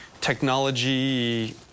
technology